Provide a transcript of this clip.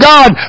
God